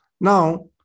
Now